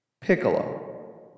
Piccolo